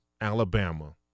Alabama